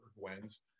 Gwen's